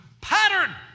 pattern